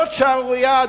זאת שערורייה,